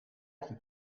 komt